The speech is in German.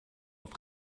auf